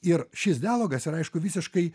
ir šis dialogas yra aišku visiškai